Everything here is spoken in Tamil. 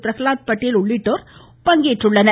பிரகலாத் பட்டேல் உள்ளிட்டோர் பங்கேற்றுள்ளனர்